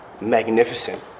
magnificent